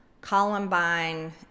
Columbine